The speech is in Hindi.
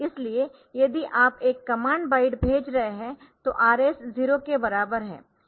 इसलिए यदि आप एक कमांड बाइट भेज रहे है तो RS 0 के बराबर है